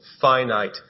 finite